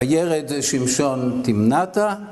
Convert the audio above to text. וירד שמשון תמנתא.